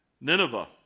Nineveh